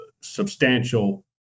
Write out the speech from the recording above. substantial